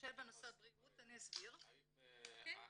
למשל בנושא בריאות, אני אסביר --- האם אתם